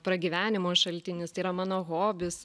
pragyvenimo šaltinis tai yra mano hobis